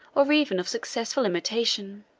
or even of successful imitation.